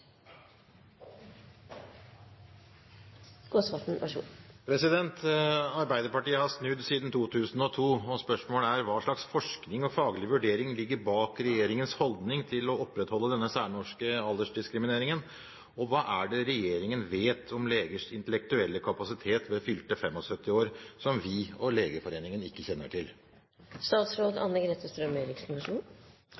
faglig vurdering ligger bak regjeringens holdning til å opprettholde denne særnorske aldersdiskrimineringen? Og hva er det regjeringen vet om legers intellektuelle kapasitet ved fylte 75 år som vi og Legeforeningen ikke kjenner